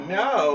no